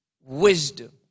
wisdom